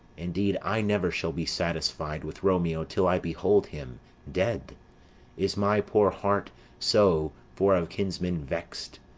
indeed i never shall be satisfied with romeo till i behold him dead is my poor heart so for a kinsman vex'd.